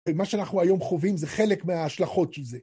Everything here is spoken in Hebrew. מה שאנחנו היום חווים זה חלק מההשלכות של זה.